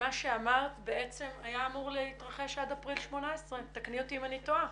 מה שאמרת בעצם היה אמור להתרחש עד אפריל 2018. תקני אותי אם אני טועה.